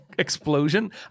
Explosion